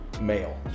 male